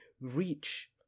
reach